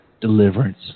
deliverance